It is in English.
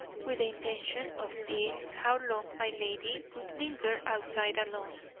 with the intention of seeing how long my lady would linger outside alone.